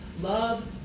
Love